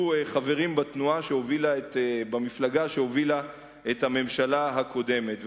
חברים במפלגה שהובילה את הממשלה הקודמת.